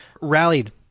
rallied